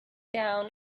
down